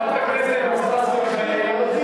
ושהקול הזה יועלה באופן ברור.) זה